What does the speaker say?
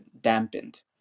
dampened